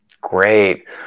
Great